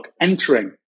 entering